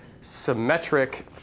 symmetric